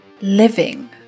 living